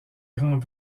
grand